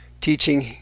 Teaching